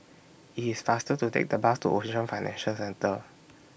IT IS faster to Take The Bus to Ocean Financial Centre